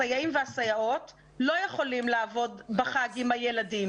הסייעים והסייעות לא יכולים לעבוד בחג עם הילדים